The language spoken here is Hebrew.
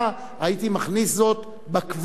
הייתי מכניס זאת בקווטה.